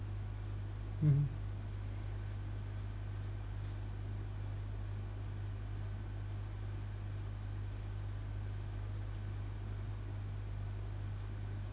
mm